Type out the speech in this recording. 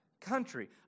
country